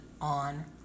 on